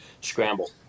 scramble